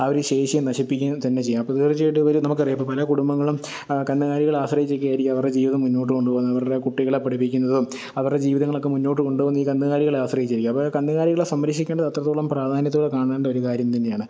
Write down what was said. ആ ഒരു ശേഷിയെ നശിപ്പിക്കുക തന്നെ ചെയ്യും അപ്പോൾ തീര്ച്ചയായിട്ടും ഇവർ നമുക്കറിയാം ഇപ്പോൾ പല കുടുംബങ്ങളും കന്നുകാലികളെ ആശ്രയിച്ചൊക്കെ ആയിരിക്കും അവരുടെ ജീവിതം മുന്നോട്ടു കൊണ്ടു പോകുന്നത് അവരുടെ കുട്ടികളെ പഠിപ്പിക്കുന്നതും അവരുടെ ജീവിതങ്ങളൊക്കെ മുന്നോട്ടു കൊണ്ടു പോകുന്നത് ഈ കന്നുകാലികളെ ആശ്രയിച്ചിരിക്കും അപ്പോൾ കന്നുകാലികളെ സംരക്ഷിക്കേണ്ടത് അത്രത്തോളം പ്രാധാന്യത്തോടെ കാണേണ്ട ഒരു കാര്യം തന്നെയാണ്